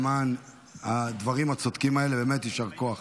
למען הדברים הצודקים האלה, באמת יישר כוח.